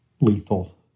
lethal